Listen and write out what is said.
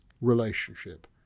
relationship